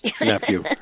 nephew